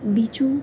બીજું